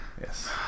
Yes